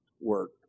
work